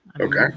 okay